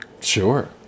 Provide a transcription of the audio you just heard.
sure